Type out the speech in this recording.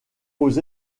aux